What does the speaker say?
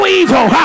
evil